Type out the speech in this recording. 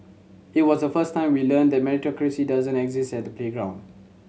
it was the first time we learnt that meritocracy doesn't exist at the playground